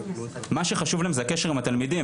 מה שחשוב להם זה הקשר עם התלמידים.